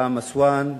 פעם אסואן,